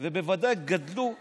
נולדו וגדלו פה.